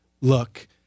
look